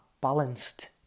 balanced